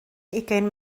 ugain